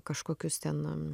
kažkokius ten